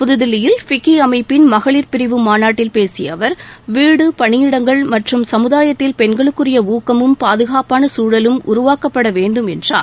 புத்தில்லியில் ஃபிக்கி அமைப்பின் மகளிர் பிரிவு மாநாட்டில் பேசிய அவர் வீடு பணியிடங்கள் மற்றும் சமுதாயத்தில் பெண்களுக்குரிய ஊக்கமும் பாதுகாப்பான சூழலும் உருவாக்கப்பட வேண்டும் என்றார்